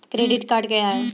Credit card क्या हैं?